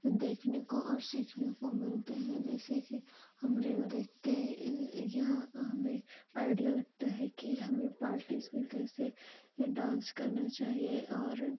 देखने को और सीखने को मिलते हैं जैसे कि हम रील देख के यह हमें आइडिया लगता है कि हमें पार्टीज़ में कैसे डांस करना चाहिए और